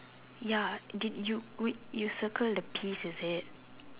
ya did you we you circled the peas is it